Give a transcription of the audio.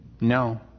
No